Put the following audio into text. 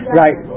right